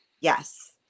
Yes